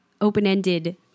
open-ended